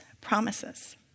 promises